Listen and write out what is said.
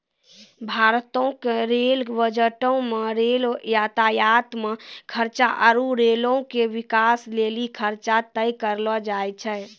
भारतो के रेल बजटो मे रेल यातायात मे खर्चा आरु रेलो के बिकास लेली खर्चा तय करलो जाय छै